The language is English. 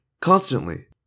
constantly